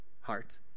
heart